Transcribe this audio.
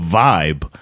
vibe